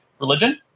religion